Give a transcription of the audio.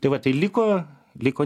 tai vat tai liko liko